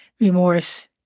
remorse